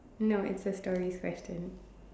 no it's a stories question